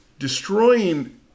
Destroying